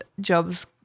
jobs